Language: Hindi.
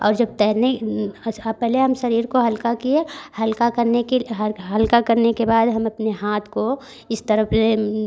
और जब तैर ने पहले हम शरीर को हल्का किए हल्का करने के हल्का हल्का करने के बाद हम अपने हाथ को इस तरफ रहें